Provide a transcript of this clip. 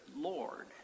Lord